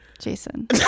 Jason